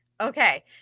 Okay